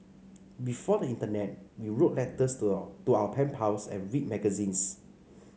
before the internet we wrote letters to our to our pen pals and read magazines